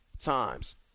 times